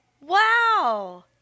Wow